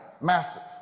Massive